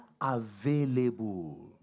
available